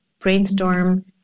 brainstorm